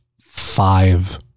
five